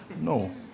no